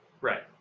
Right